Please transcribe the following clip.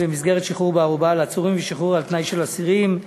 במסגרת שחרור בערובה של עצורים ושחרור על-תנאי של אסירים.